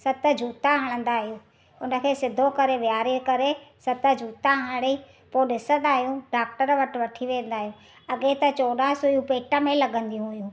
सत जूता हणंदा आहियूं हुनखे सिधो करे वीहारे करे सत जूता हणी पोइ ॾिसंदा आहियूं डाक्टर वटि वठी वेंदा आहियूं अॻे त चोॾहां सुयूं पेट में लॻंदी हुयूं